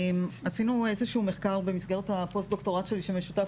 עשינו איזשהו מחקר במסגרת הפוסט דוקטורט שלי שמשותף